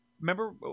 remember